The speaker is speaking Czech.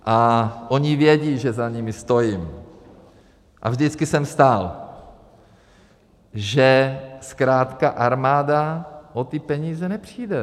A oni vědí, že za nimi stojím a vždycky jsem stál, že zkrátka armáda o ty peníze nepřijde.